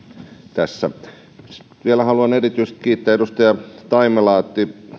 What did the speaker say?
tässä vielä haluan erityisesti kiittää edustaja taimelaa joka